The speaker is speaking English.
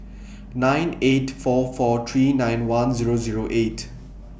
nine eight four four three nine one Zero Zero eight